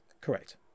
Correct